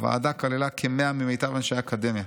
"הוועדה כללה כ-100 ממיטב אנשי אקדמיה,